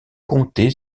comté